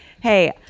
hey